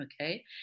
okay